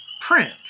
print